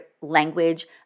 language